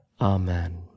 Amen